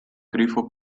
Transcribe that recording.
grifo